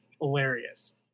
hilarious